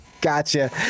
Gotcha